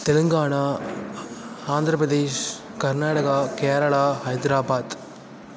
Telangana Andhra Pradesh Karnataka Kerala Hyderabad